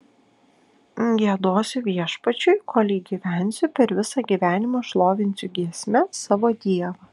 giedosiu viešpačiui kolei gyvensiu per visą gyvenimą šlovinsiu giesme savo dievą